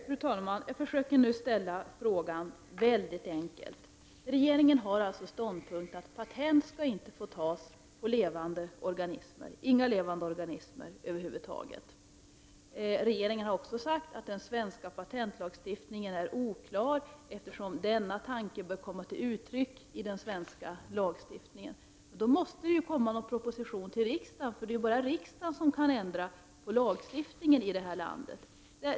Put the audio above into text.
Fru talman! Jag försöker nu ställa frågan väldigt enkelt. Regeringen har alltså som ståndpunkt att patent inte skall få tas på några levande organismer över huvud taget. Regeringen har också sagt att den svenska patentlagstiftningen är oklar och att denna tanke bör komma till uttryck där. Då måste det ju komma någon proposition till riksdagen, för det är bara riksdagen som kan ändra på lagstiftningen här i landet.